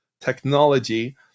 technology